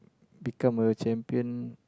become a champion